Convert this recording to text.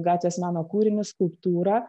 gatvės meno kūrinį skulptūrą